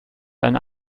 einen